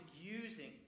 using